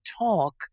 talk